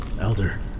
Elder